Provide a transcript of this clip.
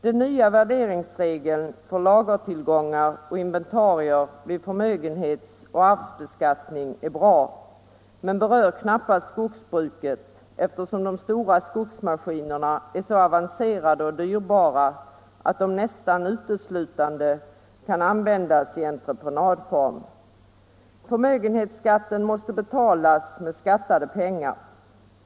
Den nya värderingsregeln för lagertillgångar och inventarier vid förmögenhets och arvsbeskattning är bra men berör knappast skogs bruket, eftersom de stora skogsmaskinerna är så avancerade och dyrbara, att de nästan uteslutande kan användas i entreprenadform. Förmögenhetsskatten måste betalas med skattade pengar.